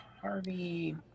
Harvey